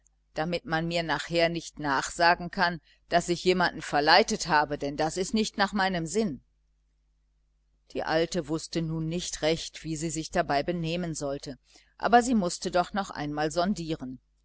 damit man mir nachher nicht nachsagen kann daß ich jemanden verleitet habe denn das ist nicht nach meinem sinn die alte wußte nun nicht recht wie sie sich dabei benehmen sollte aber sie mußte doch noch einmal sondieren